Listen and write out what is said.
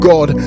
God